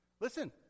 Listen